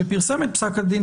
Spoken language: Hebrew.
שפרסם את פסק הדין,